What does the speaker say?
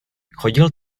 chodil